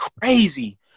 crazy